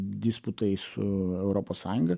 disputai su europos sąjunga